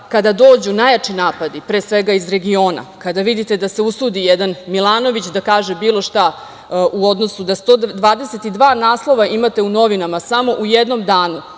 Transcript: kada dođu najjači napadi, pre svega iz regiona, kada vidite da se usudi jedan Milanović da kaže bilo šta u odnosu da 122 naslova imate u novinama, samo u jednom danu,